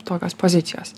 tokios pozicijos